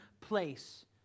place